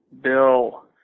Bill